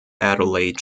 adelaide